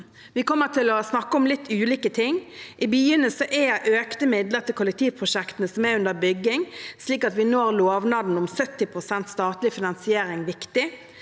Vi kommer til å snakke om litt ulike ting. I byene er økte midler til kollektivprosjektene som er under bygging, slik at vi når lovnaden om 70 pst. statlig finansiering, viktig.